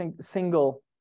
single